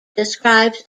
describes